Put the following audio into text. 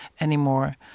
anymore